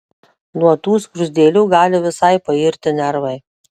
nuo tų skruzdėlių gali visai pairti nervai